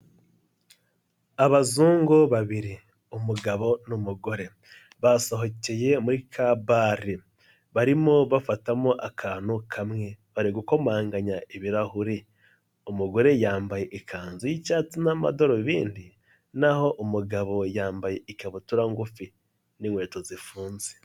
Abazungu babiri, umugabo n'umugore. Basohokeye muri ka bare, barimo bafatamo akantu kamwe, bari gukomanganya ibirahuri, umugore yambaye ikanzu y'icyatsi n'amadarubindi, naho umugabo yambaye ikabutura ngufi n'inkweto zifunze.